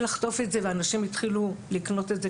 לחטוף את זה ואנשים התחילו לקנות את זה,